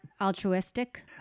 altruistic